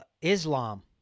Islam